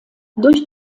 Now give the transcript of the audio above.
durch